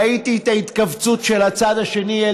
ראיתי את ההתכווצות של הצד השני אל